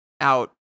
out